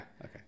Okay